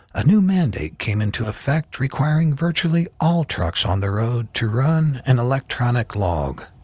a new mandate came into effect requiring virtually all trucks on the road to run an electronic log.